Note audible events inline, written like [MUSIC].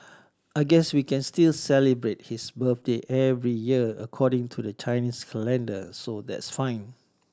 [NOISE] I guess we can still celebrate his birthday every year according to the Chinese calendar so that's fine